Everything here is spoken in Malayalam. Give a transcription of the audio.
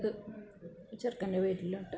ഇത് ചെറുക്കൻ്റെ വീട്ടിലോട്ട്